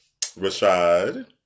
Rashad